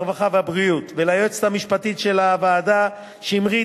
הרווחה והבריאות וליועצת המשפטית של הוועדה שמרית